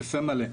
בפה מלא,